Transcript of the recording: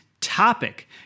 topic